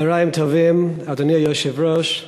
אדוני היושב-ראש,